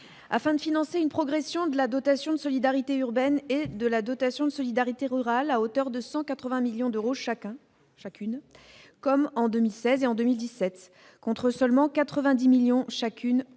afin de financer une progression de la dotation de solidarité urbaine et de la dotation de solidarité rurale à hauteur de 180 millions d'euros chacun, chacune, comme en 2016 et en 2017, contre seulement 90 millions chacune